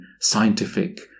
scientific